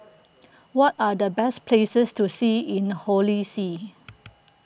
what are the best places to see in Holy See